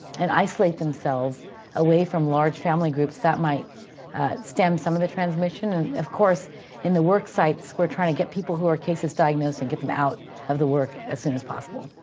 and isolate themselves away from large family groups, that might stem some of the transmission. and of course in the work sites, we're trying to get people who are cases diagnosed, and get them out of the work as soon as possible.